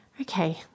okay